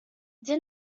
did